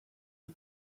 you